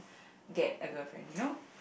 get a girlfriend you know